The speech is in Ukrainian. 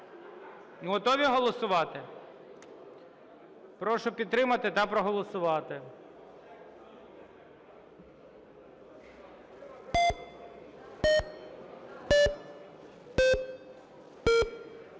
Готові голосувати? Прошу підтримати та проголосувати.